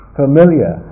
familiar